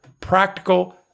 practical